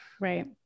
Right